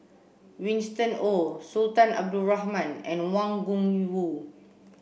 Winston Oh Sultan Abdul Rahman and Wang Gungwu